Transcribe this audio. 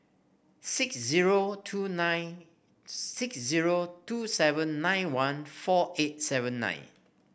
six zero two nine six zero two seven nine one four eight seven nine